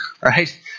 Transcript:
right